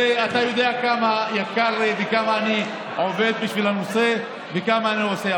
אתה יודע כמה הוא יקר לי וכמה אני עובד בשביל הנושא וכמה אני עושה.